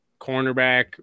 cornerback